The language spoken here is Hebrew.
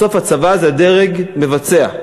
בסוף הצבא זה דרג מבצע.